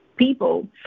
People